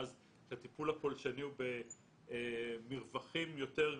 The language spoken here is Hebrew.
אז הטיפול הפולשני הוא במרווחים יותר גדולים.